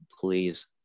please